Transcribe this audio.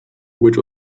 which